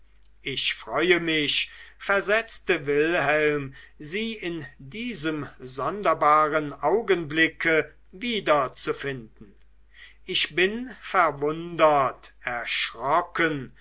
ich freue mich versetzte wilhelm sie in diesem sonderbaren augenblicke wiederzufinden ich bin verwundert erschrocken